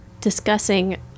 discussing